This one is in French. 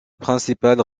principales